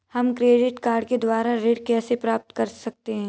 हम credit card के द्वारा ऋण कैसे प्राप्त कर सकते हैं?